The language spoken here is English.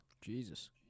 Jesus